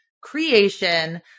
creation